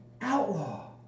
outlaw